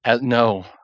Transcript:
No